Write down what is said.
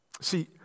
See